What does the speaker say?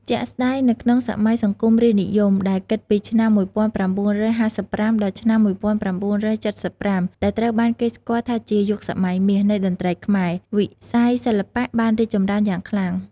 ជាក់ស្ដែងនៅក្នុងសម័យសង្គមរាស្ត្រនិយម ដែលគិតពីឆ្នាំ ១៩៥៥ ដល់ឆ្នាំ ១៩៧៥ ដែលត្រូវបានគេស្គាល់ថាជា "យុគសម័យមាស" នៃតន្ត្រីខ្មែរ វិស័យសិល្បៈបានរីកចម្រើនយ៉ាងខ្លាំង។